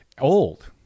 old